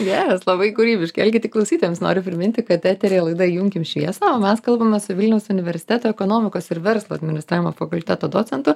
geras labai kūrybiškai algi tik klausytojams noriu priminti kad eteryje laida įjunkim šviesą o mes kalbamės su vilniaus universiteto ekonomikos ir verslo administravimo fakulteto docentu